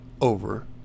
over